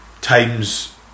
times